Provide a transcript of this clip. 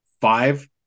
five